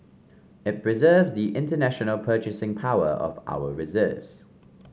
it preserves the international purchasing power of our reserves